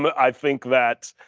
but i think that,